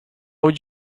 would